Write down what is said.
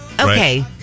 Okay